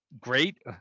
great